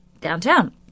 downtown